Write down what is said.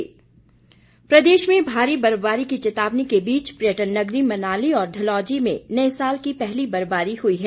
मौसम प्रदेश में भारी बर्फबारी की चेतवानी के बीच पर्यटन नगरी मनाली और डलहौली में नए साल की पहली बर्फबारी हुई है